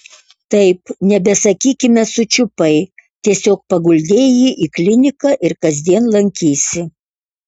taip nebesakykime sučiupai tiesiog paguldei jį į kliniką ir kasdien lankysi